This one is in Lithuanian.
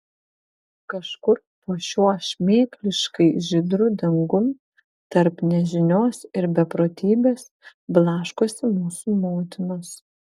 kažkur po šiuo šmėkliškai žydru dangum tarp nežinios ir beprotybės blaškosi mūsų motinos